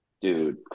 Dude